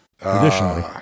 traditionally